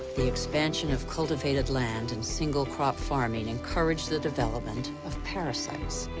the expansion of cultivated land and single-crop farming encouraged the development of parasites.